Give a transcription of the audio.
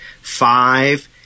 five